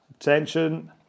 Attention